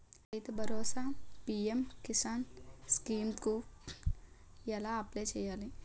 రైతు Bharosa PM Kisan scheme కు ఎలా అప్లయ్ చేయాలి?